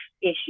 issue